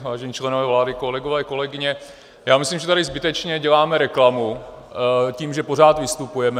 Vážení členové vlády, kolegové, kolegyně, myslím, že tady zbytečně děláme reklamu tím, že pořád vystupujeme.